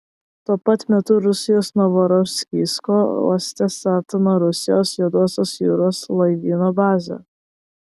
tuo pat metu rusijos novorosijsko uoste statoma rusijos juodosios jūros laivyno bazė